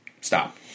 stop